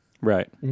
right